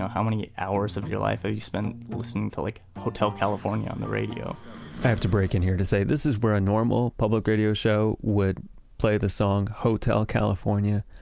how many hours of your life have you spent listening to, like, hotel california on the radio i have to break in here to say this is where a normal public radio show would play the song hotel california.